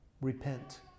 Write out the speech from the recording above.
Repent